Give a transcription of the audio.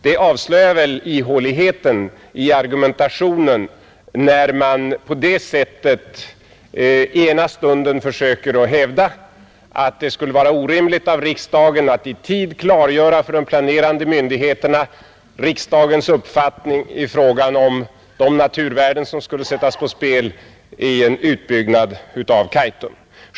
Det avslöjar väl ihåligheten i argumentationen, när man på det sättet försöker hävda att det skulle vara orimligt av riksdagen att i tid klargöra för de planerande myndigheterna sin uppfattning i fråga om de naturvärden som skulle sättas på spel vid en utbyggnad av Kaitum.